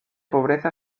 pobreza